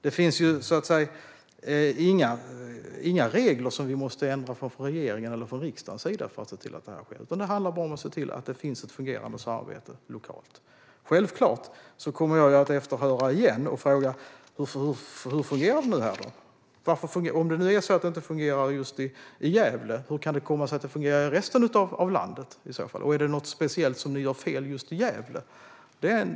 Det finns inga regler som vi från regeringens eller riksdagens sida måste ändra för att se till att detta sker, utan det handlar bara om att se till att det finns ett fungerande samarbete lokalt. Självklart kommer jag att höra efter igen och fråga hur det fungerar. Om det nu är så att det inte fungerar just i Gävle, hur kan det då komma sig att det fungerar i resten av landet? Är det något speciellt man gör fel just i Gävle?